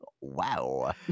wow